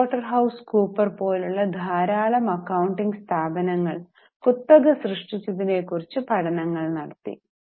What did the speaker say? price Waterhouse Cooper പോലുള്ള ധാരാളം accounting സ്ഥാപനങ്ങൾ കുത്തക സൃഷ്ടിച്ചതിനെ കുറിച് പഠനങ്ങൾ നടത്തി